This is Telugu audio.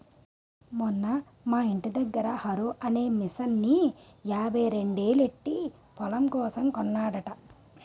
మొన్న మా యింటి దగ్గర హారో అనే మిసన్ని యాభైరెండేలు పెట్టీ పొలం కోసం కొన్నాడట